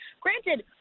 Granted